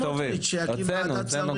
תציע לסמוטריץ' שיקים ועדת שרים.